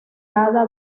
ada